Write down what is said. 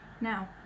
Now